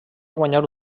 guanyar